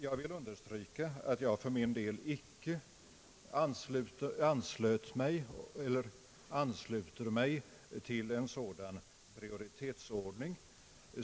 Jag vill understryka att jag för min del icke ansluter mig till en sådan prioritetsordning.